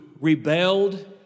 rebelled